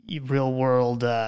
real-world